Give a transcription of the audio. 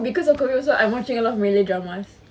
because of COVID also I'm watching a lot of malay dramas